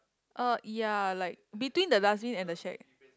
uh ya like between the dustbin and the shack